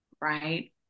right